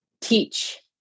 teach